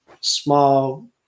small